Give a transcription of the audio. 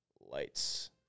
lights